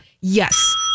Yes